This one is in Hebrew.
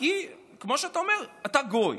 כי כמו שאתה אומר: אתה גוי.